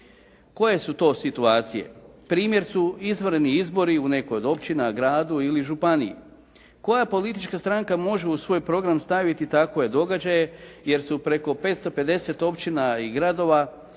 Koje su to situacije? Primjer su izvanredni izbori u nekoj od općina, gradu ili županiji. Koja politička stranka može u svoj program staviti takove događaje jer su preko 550 općina i gradova odvijaju